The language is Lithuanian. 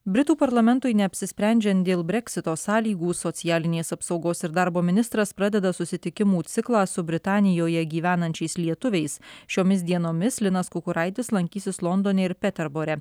britų parlamentui neapsisprendžiant dėl breksito sąlygų socialinės apsaugos ir darbo ministras pradeda susitikimų ciklą su britanijoje gyvenančiais lietuviais šiomis dienomis linas kukuraitis lankysis londone ir peterbore